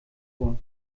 vor